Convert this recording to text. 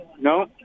No